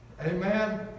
Amen